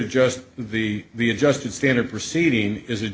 just the the adjusted standard proceeding is